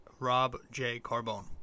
RobJCarbone